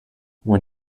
when